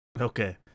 Okay